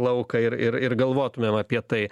lauką ir ir ir galvotumėm apie tai